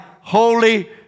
holy